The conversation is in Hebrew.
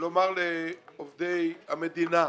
לומר לעובדי המדינה.